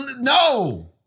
No